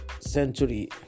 Century